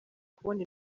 kubona